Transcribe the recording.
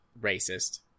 racist